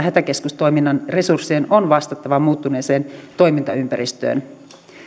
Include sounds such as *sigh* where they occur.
*unintelligible* hätäkeskustoiminnan resurssien on vastattava muuttuneeseen toimintaympäristöön